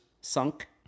sunk